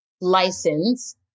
license